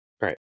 Right